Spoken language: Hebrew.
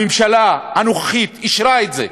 הממשלה הזו אישרה את זה,